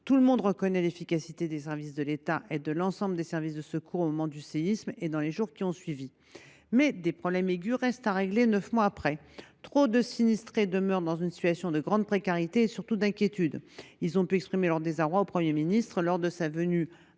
Tout le monde reconnaît l’efficacité des services de l’État et de l’ensemble des services de secours au moment du séisme comme dans les jours qui ont suivi. Néanmoins, des problèmes aigus restent à régler neuf mois plus tard. Un trop grand nombre de sinistrés demeurent dans une situation de grande précarité et, surtout, d’inquiétude. Ils ont pu exprimer leur désarroi au Premier ministre lors de sa venue